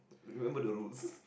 remember the rules